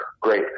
great